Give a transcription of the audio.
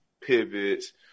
Pivots